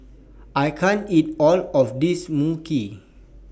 I can't eat All of This Mui Kee